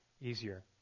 easier